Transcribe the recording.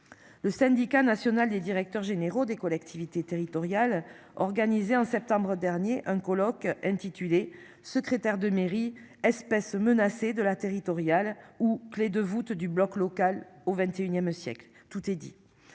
Le Syndicat national des directeurs généraux des collectivités territoriales organisée en septembre dernier, un colloque intitulé secrétaire de mairie espèce menacée de la territoriale ou clé de voûte du bloc local au XXIe siècle. Tout est dit.